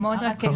זה גם מאוד מעכב.